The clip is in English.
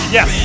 Yes